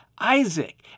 Isaac